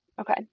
Okay